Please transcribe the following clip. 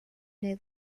near